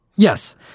Yes